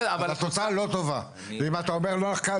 אם כך התוצאה לא טובה ואם אתה אומר שלא כך,